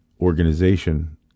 organization